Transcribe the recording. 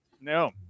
No